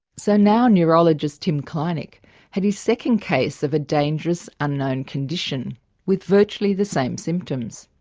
so now neurologist tim kleinig had his second case of a dangerous unknown condition with virtually the same symptoms.